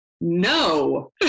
no